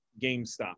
GameStop